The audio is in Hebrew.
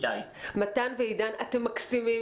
נתן ואיתי, אתם מקסימים.